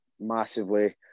Massively